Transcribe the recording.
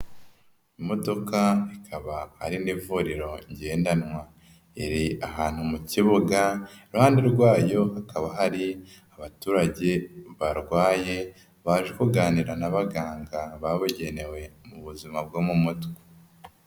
Imodoka ikaba ari n'ivuriro ngendanwa, iri ahantu mu kibuga iruhande rwayo hakaba hari abaturage barwaye baje kuganira n'abaganga babugenewe mu buzima bwo mu mutwe.